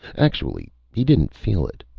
actually, he didn't feel it.